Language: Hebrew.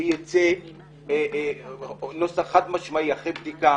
שיצא נוסח חד משמעי אחרי בדיקה